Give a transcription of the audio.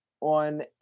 on